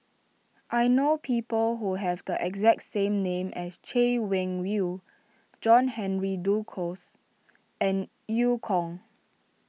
I know people who have the exact same name as Chay Weng Yew John Henry Duclos and Eu Kong